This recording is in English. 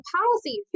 policy